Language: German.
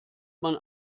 man